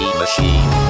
machine